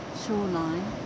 shoreline